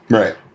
right